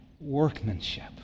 workmanship